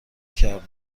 کردم